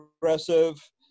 aggressive